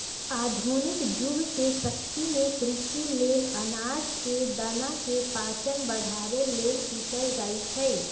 आधुनिक जुग के चक्की में कृषि लेल अनाज के दना के पाचन बढ़ाबे लेल पिसल जाई छै